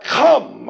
come